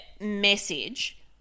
message